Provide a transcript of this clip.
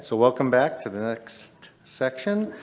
so welcome back to the next section.